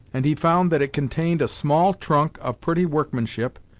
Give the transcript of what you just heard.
and he found that it contained a small trunk of pretty workmanship,